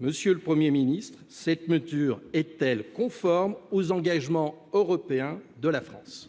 Monsieur le Premier ministre, cette mesure est-elle conforme aux engagements européens de la France ?